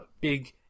big